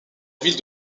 ville